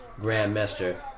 Grandmaster